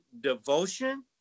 devotion